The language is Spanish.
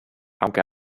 aunque